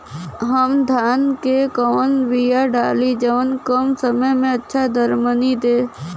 हम धान क कवन बिया डाली जवन कम समय में अच्छा दरमनी दे?